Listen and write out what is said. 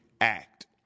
act